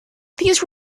these